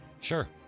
Sure